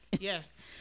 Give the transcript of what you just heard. yes